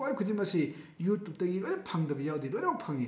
ꯄꯣꯠ ꯈꯨꯗꯤꯡꯃꯛꯁꯤ ꯌꯨꯇꯨꯞꯇꯒꯤ ꯂꯣꯏꯅ ꯐꯪꯗꯕ ꯌꯥꯎꯗꯦ ꯂꯣꯏꯅ ꯐꯪꯏ